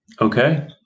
Okay